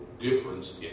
difference